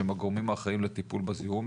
שהם הגורמים האחראים לטיפול בזיהום,